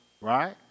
right